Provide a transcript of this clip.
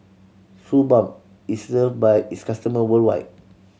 Suu Balm is love by its customer worldwide